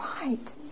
right